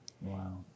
Wow